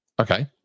Okay